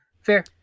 fair